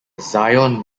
zion